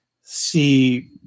see